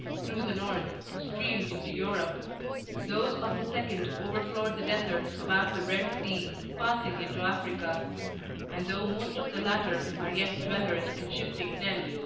through the north, streamed into europe those of the second overflowed the deserts about the red sea, passing into africa and though most of the latter are yet dwellers in shifting tents,